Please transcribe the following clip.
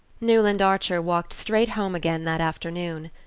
newland archer walked straight home again that afternoon.